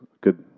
Good